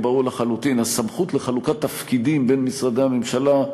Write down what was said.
הוא ברור לחלוטין: הסמכות לחלוקת תפקידים בין משרדי הממשלה,